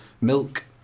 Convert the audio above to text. milk